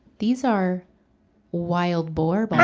these are wild boar but